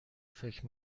فکر